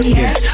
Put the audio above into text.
yes